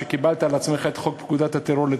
שקיבלת על עצמך לטפל בחוק מניעת הטרור.